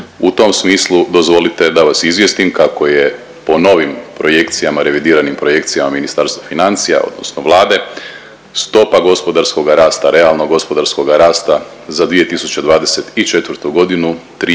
U tom smislu dozvolite da vas izvijestim kako je po novim projekcijama, revidiranim projekcijama Ministarstva financija odnosno Vlade stopa gospodarskoga rasta, realnog gospodarskoga rasta za 2024.g.